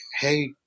hey